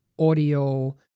audio